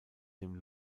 dem